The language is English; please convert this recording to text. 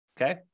okay